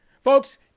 Folks